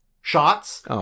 shots